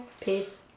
Peace